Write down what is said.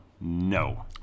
no